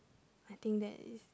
I think that is